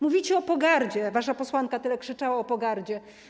Mówicie o pogardzie, wasza posłanka tyle krzyczała o pogardzie.